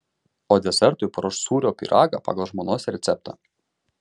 o desertui paruoš sūrio pyragą pagal žmonos receptą